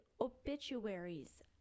obituaries